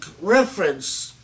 reference